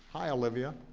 hi, olivia.